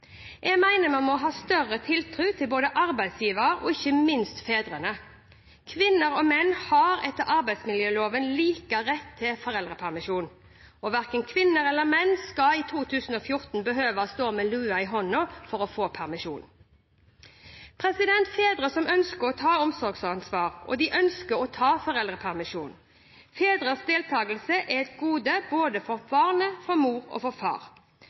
Jeg mener vi må ha større tiltro til arbeidsgiverne, og ikke minst til fedrene. Kvinner og menn har etter arbeidsmiljøloven lik rett til foreldrepermisjon. Verken kvinner eller menn skal i 2014 behøve å stå med lua i hånda for å få permisjon. Fedre ønsker å ta omsorgsansvar, og de ønsker å ta foreldrepermisjon. Fedres deltakelse er et gode for både barnet, mor og far.